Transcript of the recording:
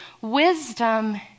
Wisdom